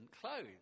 clothes